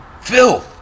Phil